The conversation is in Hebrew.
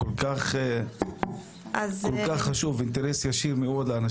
זה כל כך חשוב ויש אינטרס מאוד ישיר לאנשים.